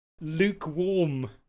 lukewarm